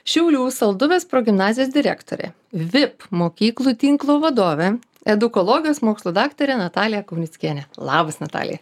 šiaulių salduvės progimnazijos direktorė vip mokyklų tinklų vadovė edukologijos mokslų daktarė natalija kaunickienė labas natalija